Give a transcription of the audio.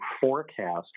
forecast